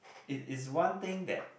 it is one thing that